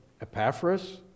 Epaphras